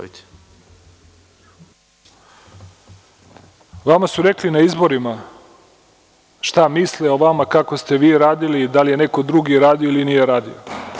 Vama su rekli na izborima šta misle o vama kako ste vi radili i da li je neko drugi radio ili nije radio.